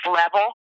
level